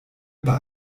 bei